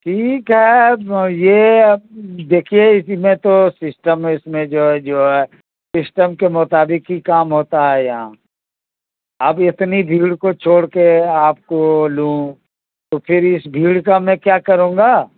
ٹھیک ہے یہ دیکھیے اسی میں تو سسٹم اس میں جو ہے جو ہے سسٹم کے مطابق ہی کام ہوتا ہے یہاں اب اتنی بھیڑ کو چھوڑ کے آپ کو لوں تو پھر اس بھیڑ کا میں کیا کروں گا